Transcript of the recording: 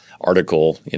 article